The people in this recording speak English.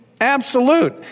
absolute